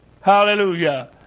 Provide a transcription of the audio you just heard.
Hallelujah